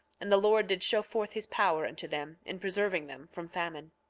and the lord did show forth his power unto them in preserving them from famine.